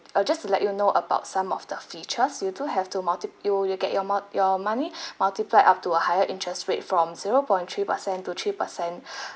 uh just to let you know about some of the features you have do have to multi you you get your mo~ your money multiply up to a higher interest rate from zero point three percent to three percent